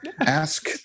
Ask